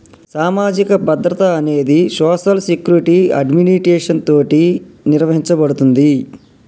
సామాజిక భద్రత అనేది సోషల్ సెక్యురిటి అడ్మినిస్ట్రేషన్ తోటి నిర్వహించబడుతుంది